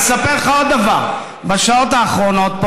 אני אספר לך עוד דבר: בשעות האחרונות פה